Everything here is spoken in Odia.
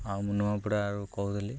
ଆଉ ମୁଁ ନୂଆପଡ଼ା କହୁଥିଲି